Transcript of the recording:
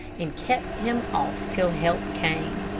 and kept him off till help came.